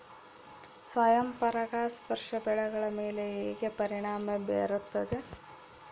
ಸ್ವಯಂ ಪರಾಗಸ್ಪರ್ಶ ಬೆಳೆಗಳ ಮೇಲೆ ಹೇಗೆ ಪರಿಣಾಮ ಬೇರುತ್ತದೆ?